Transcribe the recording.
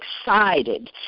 excited